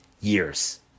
years